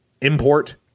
import